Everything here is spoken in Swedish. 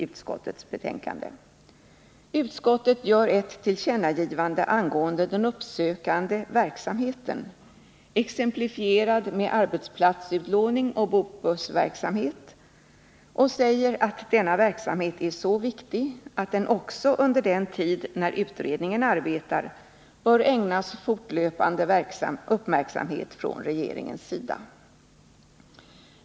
Utskottet gör ett tillkännagivande angående den uppsökande verksamheten — exemplifierad med arbetsplatsutlåning och bokbussverksamhet — och säger att denna verksamhet är så viktig att den också under den tid då utredningen arbetar bör ägnas fortlöpande uppmärksamhet från regeringens sida.